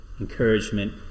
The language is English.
encouragement